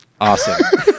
Awesome